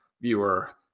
viewer